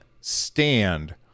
stand